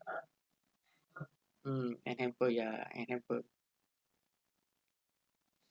mm and hamper ya and hamper